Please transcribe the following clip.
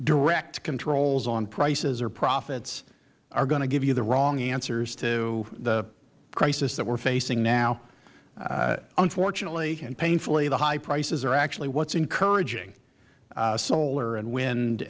direct controls on prices or profits are going to give you the wrong answers to the crisis that we are facing now unfortunately and painfully the high prices are actually what is encouraging solar and wind